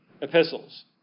epistles